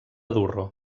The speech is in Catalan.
durro